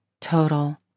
total